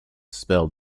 spell